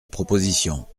proposition